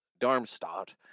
Darmstadt